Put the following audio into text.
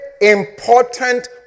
important